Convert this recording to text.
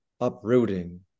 uprooting